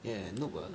yeah noob ah